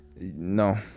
No